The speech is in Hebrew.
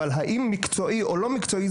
אבל האם מקצועי או לא מקצועי,